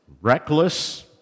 reckless